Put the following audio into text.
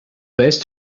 best